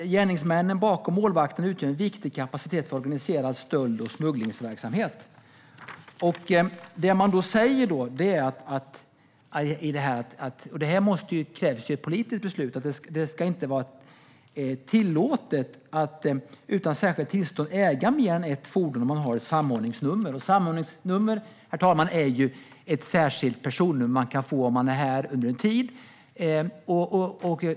Gärningsmännen bakom målvakterna utgör en viktig kapacitet för organiserad stöld och smugglingsverksamhet. Här krävs ett politiskt beslut. Det ska inte vara tillåtet att utan särskilt tillstånd äga mer än ett fordon om man har ett samordningsnummer. Samordningsnumret, herr talman, är ju ett särskilt personnummer man kan få om man är här under en tid.